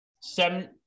seven-